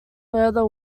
further